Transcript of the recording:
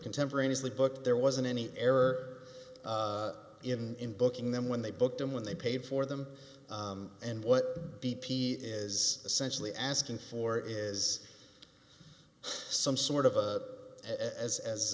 contemporaneously booked there wasn't any error in booking them when they booked them when they paid for them and what b p is essentially asking for is some sort of a as as